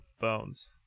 bones